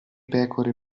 pecore